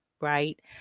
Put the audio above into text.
right